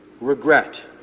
regret